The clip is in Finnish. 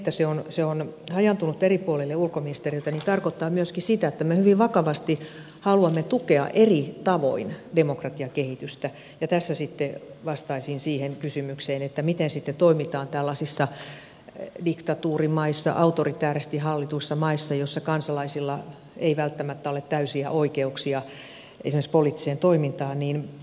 se että se on hajaantunut eri puolille ulkoministeriötä tarkoittaa myöskin sitä että me hyvin vakavasti haluamme tukea eri tavoin demokratiakehitystä ja tässä sitten vastaisin siihen kysymykseen miten sitten toimitaan tällaisissa diktatuurimaissa autoritaarisesti hallituissa maissa joissa kansalaisilla ei välttämättä ole täysiä oikeuksia esimerkiksi poliittiseen toimintaan